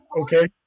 Okay